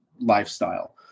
lifestyle